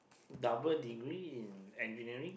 double degree in engineering